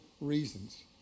reasons